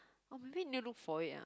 or maybe need look for it ah